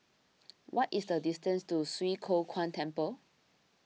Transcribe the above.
what is the distance to Swee Kow Kuan Temple